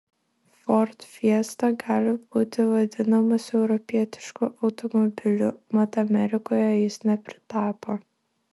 ford fiesta gali būti vadinamas europietišku automobiliu mat amerikoje jis nepritapo